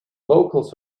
vocals